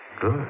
Good